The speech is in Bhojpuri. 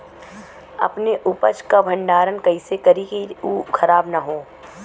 अपने उपज क भंडारन कइसे करीं कि उ खराब न हो?